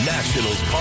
Nationals